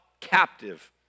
captive